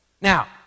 Now